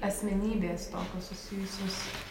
asmenybės tokios susijusios